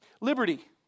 Liberty